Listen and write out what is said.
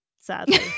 sadly